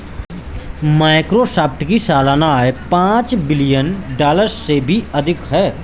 Microsoft की सालाना आय पांच बिलियन डॉलर से भी अधिक है